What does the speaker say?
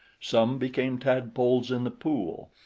some became tadpoles in the pool,